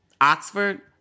Oxford